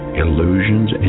illusions